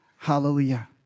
Hallelujah